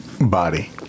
Body